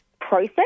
process